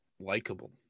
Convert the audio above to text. likable